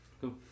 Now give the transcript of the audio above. cool